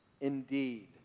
indeed